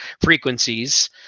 frequencies